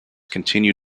continue